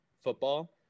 football